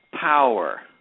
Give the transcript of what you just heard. power